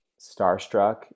starstruck